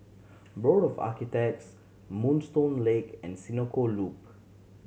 Board of Architects Moonstone Lake and Senoko Loop